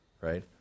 right